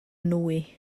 nwy